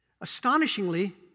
Astonishingly